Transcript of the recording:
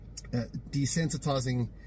desensitizing